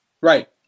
Right